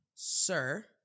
sir